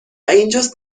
اینجاست